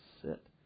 sit